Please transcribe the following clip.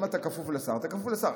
אם אתה כפוף לשר, אתה כפוף לשר.